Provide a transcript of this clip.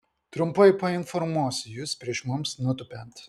trumpai painformuosiu jus prieš mums nutūpiant